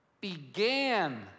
began